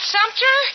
Sumter